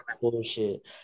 bullshit